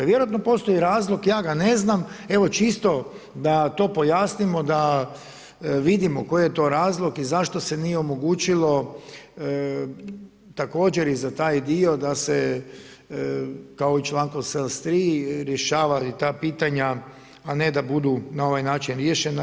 Vjerojatno postoji razlog, ja ga ne znam, evo čisto da to pojasnimo, da vidimo koji je to razlog i zašto se nije omogućilo također i za taj dio da se kao i člankom 73 rješavaju i ta pitanja a ne da budu na ovaj način riješena.